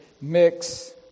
mix